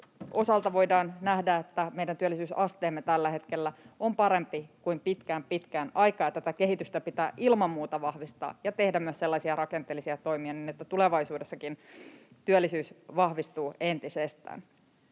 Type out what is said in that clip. osalta voidaan nähdä, että meidän työllisyysasteemme on tällä hetkellä parempi kuin pitkään, pitkään aikaan, ja tätä kehitystä pitää ilman muuta vahvistaa ja tehdä myös sellaisia rakenteellisia toimia, että tulevaisuudessakin työllisyys vahvistuu entisestään.